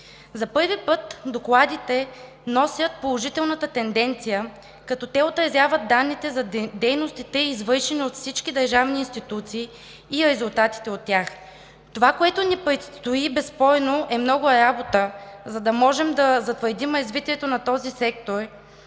За първи път докладите носят положителна тенденция, като отразяват данните за дейностите, извършени от всички държавни институции и резултатите от тях. Това, което ни предстои безспорно, е много работа, за да можем да затвърдим развитието на този сектор.